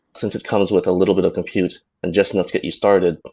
since it comes with a little bit of compute and just enough to get you started,